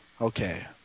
Okay